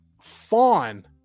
fawn